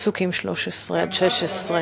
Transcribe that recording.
פסוקים י"ג עד ט"ז,